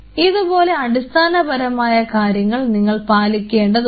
ഇതുപോലെ അടിസ്ഥാനപരമായ കാര്യങ്ങൾ നിങ്ങൾ പാലിക്കേണ്ടതുണ്ട്